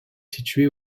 située